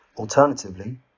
Alternatively